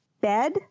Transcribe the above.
bed